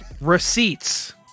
receipts